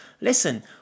listen